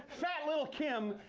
fat little kim,